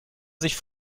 sich